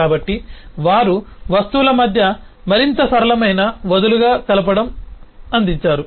కాబట్టి వారు వస్తువుల మధ్య మరింత సరళమైన వదులుగా కలపడం అందించారు